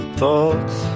thoughts